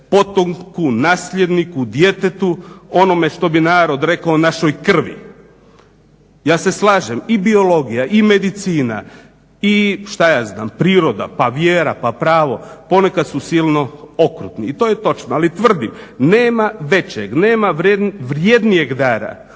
potomku, nasljedniku, djetetu onome što bi narod rekao, našoj krvi. Ja se slažem i biologija, i medicina, i šta ja znam priroda, pa vjera, pa pravo ponekad su silno okrutni. I to je točno, ali tvrdim nema većeg, nema vrjednijeg dara